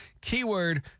keyword